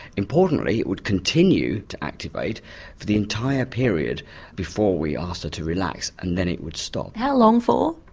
importantly it would continue to activate for the entire period before we asked her to relax and then it would stop. how long for?